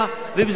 ואם זה לא יתבצע,